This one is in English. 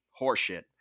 horseshit